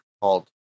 called